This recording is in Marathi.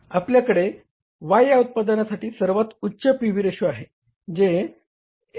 आपल्याकडे Y या उत्पादनासाठी सर्वात उच्च पी व्ही रेशो आहे जे 55